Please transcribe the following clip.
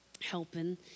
helping